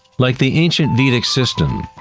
like the ancient vedic system,